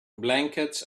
blankets